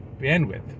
bandwidth